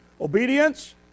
Obedience